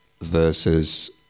versus